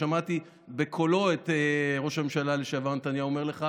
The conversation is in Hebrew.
שמעתי בקולו את ראש הממשלה לשעבר נתניהו אומר לך: